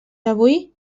avui